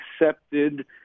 accepted